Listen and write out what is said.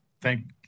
Thank